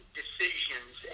decisions